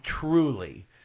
truly